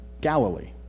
Galilee